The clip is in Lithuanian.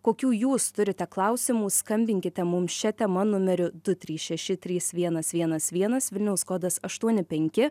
kokių jūs turite klausimų skambinkite mums šia tema numeriu du trys šeši trys vienas vienas vienas vilniaus kodas aštuoni penki